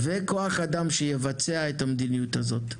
וכוח אדם שיבצע את המדיניות הזו.